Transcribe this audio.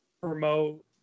promote